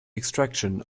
extraction